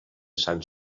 sant